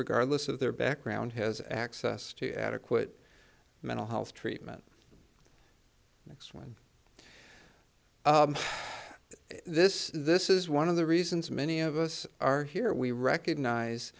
regardless of their background has access to adequate mental health treatment that's when this this is one of the reasons many of us are here we recognize